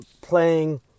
playing